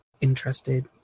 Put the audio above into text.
interested